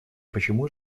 почему